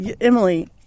Emily